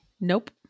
Nope